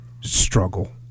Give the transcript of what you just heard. struggle